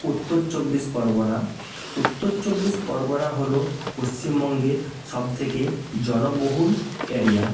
উত্তর চব্বিশ পরগনা উত্তর চব্বিশ পরগনা হলো পশ্চিমবঙ্গের সব থেকে জনবহুল এরিয়া